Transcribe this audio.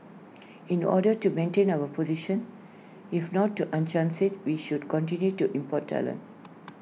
in order to maintain our position if not to enhance IT we should continue to import talent